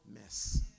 mess